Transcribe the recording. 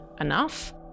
enough